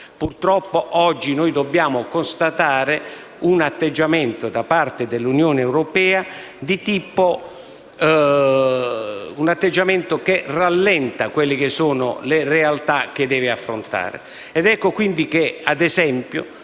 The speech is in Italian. Purtroppo oggi dobbiamo constatare un atteggiamento da parte dell'Unione europea che rallenta le questioni che devono essere affrontate.